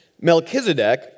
Melchizedek